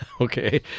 Okay